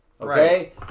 Okay